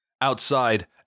Outside